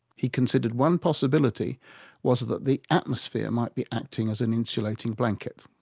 he considered one possibility was that the atmosphere might be acting as an insulating blanket.